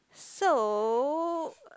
so